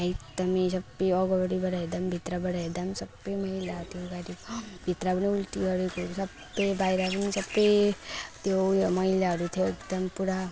एकदम सब अगाडिबाट हेर्दा पनि भित्रबाट हेर्दा सबै मैला त्यो गाडीको भित्र पनि उल्टी गरेकोहरू सबै बाहिर पनि सबै त्यो उयो मैलाहरू थियो एकदम पुरा